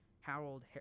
Harold